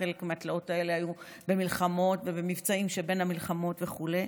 חלק מהתלאות האלה היו במלחמות ובמבצעים שבין המלחמות וכו',